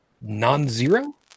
non-zero